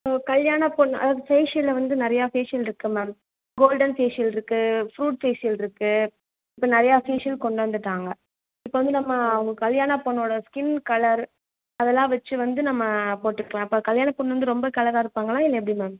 so கல்யாண பொண்ணு அதாவது ஃபேஷியலில் வந்து நிறையா ஃபேஷியல் இருக்கு மேம் கோல்டன் ஃபேஷியல் இருக்கு ஃப்ரூட் ஃபேஷியல் இருக்கு இப்போ நிறையா ஃபேஷியல் கொண்டு வந்துவிட்டாங்க இப்போ வந்து நம்ம அவங்க கல்யாண பொண்ணோட ஸ்கின் கலர் அதெல்லாம் வச்சு வந்து நம்ம போட்டுக்கலாம் இப்போ கல்யாண பொண்ணு வந்து ரொம்ப கலராக இருப்பாங்களா இல்லை எப்படி மேம்